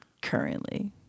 currently